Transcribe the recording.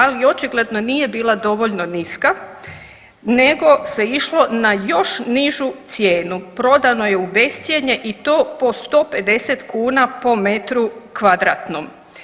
Ali očigledno nije bila dovoljno niska nego se išlo na još nižu cijenu, prodano je u bescjenje i to po 150 kuna po metru kvadratnom.